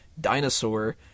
Dinosaur